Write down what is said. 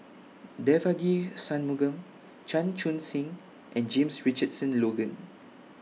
Devagi Sanmugam Chan Chun Sing and James Richardson Logan